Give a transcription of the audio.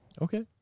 Okay